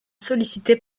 sollicité